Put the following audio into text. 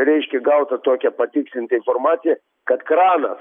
reiškia gauta tokia patikslinta informacija kad kranas